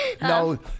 no